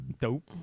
Dope